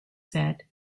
said